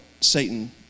Satan